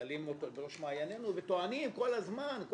מעלים אותו בראש מעייננו וטוענים כל הזמן,